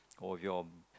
or your